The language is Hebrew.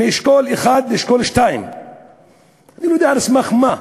מאשכול 1 לאשכול 2. אני לא יודע על סמך מה.